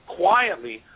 quietly